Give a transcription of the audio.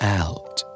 out